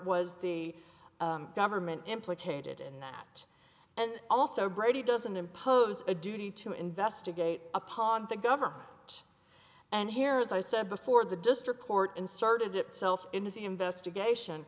was the government implicated in that and also brady doesn't impose a duty to investigate upon the government and here as i said before the district court inserted itself into the investigation